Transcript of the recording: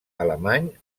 alemany